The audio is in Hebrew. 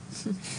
בהקמה,